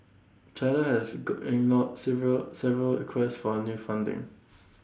China has good ignored several several requests for new funding